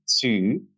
Two